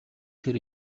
тэр